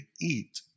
eat